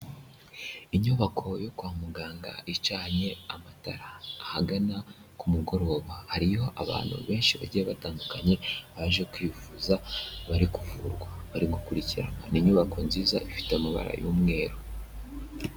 Inyubako yo kwa muganga icanye amatara ahagana ku mugoroba, hariyo abantu benshi bagiye batandukanye baje kwivuza bari kuvurwa bari gukurikiranwa, ni inyubako nziza ifite amabara y'umweru.